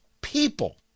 people